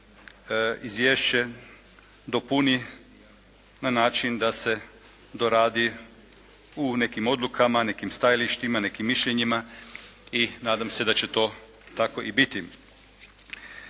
izvješće dopuni na način da se doradi u nekim odlukama, nekim stajalištima, nekim mišljenjima i nadam se da će to tako i biti.